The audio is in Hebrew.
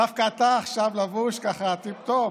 דווקא אתה לבוש עכשיו ככה טיפ-טופ.